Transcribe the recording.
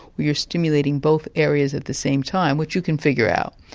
where you're stimulating both areas at the same time, which you can figure out.